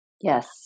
Yes